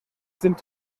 sind